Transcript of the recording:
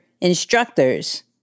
instructors